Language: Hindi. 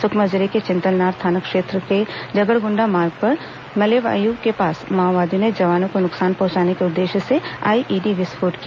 सुकमा जिले के चिंतलनार थाना क्षेत्र में जगरगुंडा मार्ग पर मलेवागु के पास माओवादियों ने जवानों को नुकसान पहंचाने के उद्देश्य से आईईडी विस्फोट किया